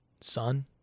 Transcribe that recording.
son